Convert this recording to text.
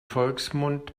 volksmund